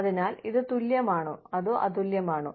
അതിനാൽ ഇത് തുല്യമാണോ അതോ അതുല്യമാണോ